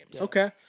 Okay